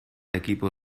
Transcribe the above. equipo